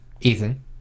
Ethan